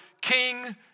King